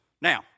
Now